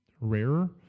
rarer